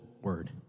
word